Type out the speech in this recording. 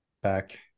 Back